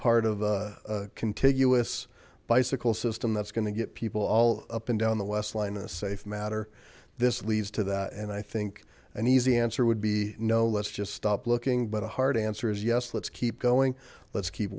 part of a contiguous bicycle system that's going to get people all up and down the west line in a safe matter this leads to that and i think an easy answer would be no let's just stop looking but a hard answer is yes let's keep going let's keep